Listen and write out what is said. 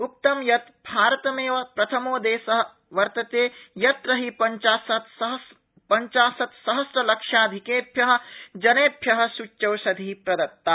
उक्तं यत् भारतमेव प्रथमो देश वर्तते यत्र हि पंचाशत्सहसाधिकेभ्य जनेभ्य सूच्यौषधि प्रदत्ता